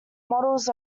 models